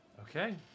Okay